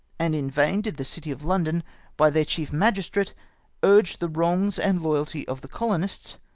and in vain did the city of london by their chief magistrate urge the wrongs and loyalty of the colonists,